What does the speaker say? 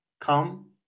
come